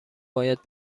باید